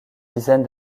dizaine